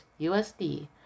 USD